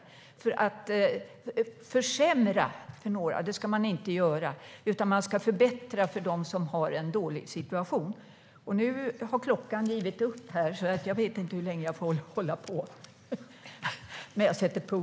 Man ska inte försämra för några, utan man ska förbättra för dem som har en dålig situation.